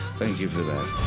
thank you for that.